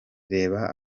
reba